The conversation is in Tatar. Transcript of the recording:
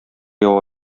ява